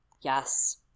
yes